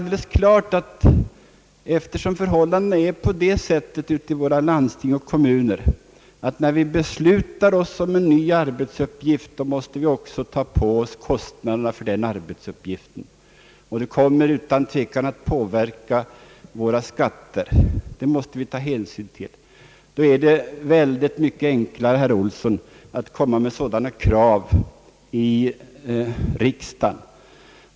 Eftersom förhållandena är sådana ute i våra landsting och kommuner att beslutade arbetsuppgifter också måste betalas, är det alldeles klart att det kommer att påverka våra skatter, och det måste vi ta hänsyn till. Då är det mycket enklare, herr Olsson, att komma med sådana krav i riksdagen.